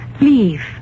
Leave